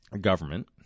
government